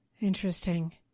Interesting